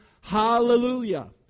hallelujah